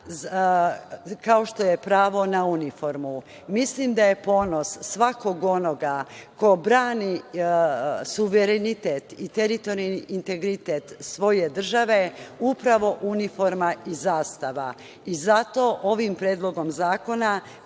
kao što je pravo na uniformu. Mislim da je ponos svakog onoga ko brani suverenitet i teritorijalni integritet svoje države upravo uniforma i zastava. Zato ovim Predlogom zakona